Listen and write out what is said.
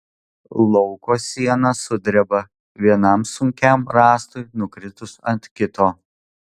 lauko siena sudreba vienam sunkiam rąstui nukritus ant kito